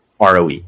ROE